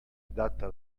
adatta